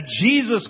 Jesus